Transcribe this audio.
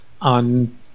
on